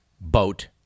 boat